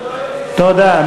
תודה.